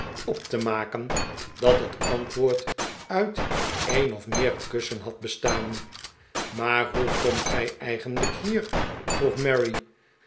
op te maken dat het antwoord uit een of meer kussen had bestaan rr maar hoe komt gij eigenlijk hier vroeg